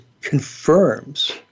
confirms